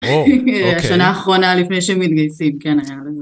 השנה האחרונה לפני שהם מתגייסים, כן היה.